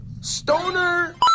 Stoner